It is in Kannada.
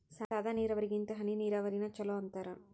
ಸಾದ ನೀರಾವರಿಗಿಂತ ಹನಿ ನೀರಾವರಿನ ಚಲೋ ಅಂತಾರ